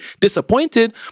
disappointed